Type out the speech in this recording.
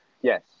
Yes